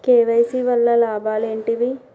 KYC వల్ల లాభాలు ఏంటివి?